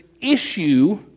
issue